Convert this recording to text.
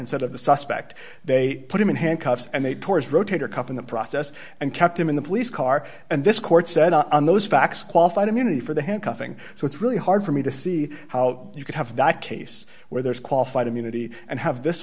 instead of the suspect they put him in handcuffs and they tore his rotator cuff in the process and kept him in the police car and this court said on those facts qualified immunity for the handcuffing so it's really hard for me to see how you could have that case where there's qualified immunity and have this